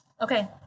Okay